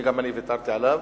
שגם אני ויתרתי עליו.